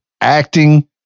acting